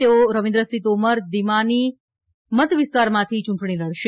તેઓ રવિન્દ્રસિંહ તોમર દીમાની મત વિસ્તારમાંથી યૂંટણી લડશે